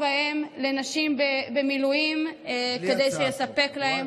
האם לנשים במילואים כדי שהבנק יספק להם.